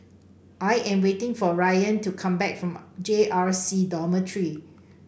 I am waiting for Ryann to come back from J R C Dormitory